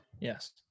Yes